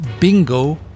Bingo